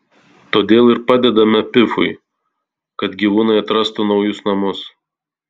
todėl ir padedame pifui kad gyvūnai atrastų naujus namus